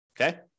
Okay